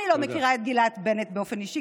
אני לא מכירה את גילת בנט באופן אישי,